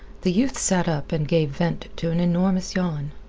the youth sat up and gave vent to an enormous yawn.